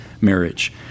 marriage